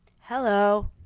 Hello